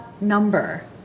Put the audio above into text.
number